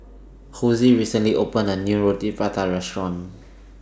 Hosie recently opened A New Roti Prata Restaurant